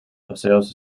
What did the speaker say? paseos